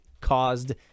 caused